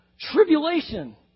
Tribulation